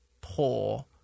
poor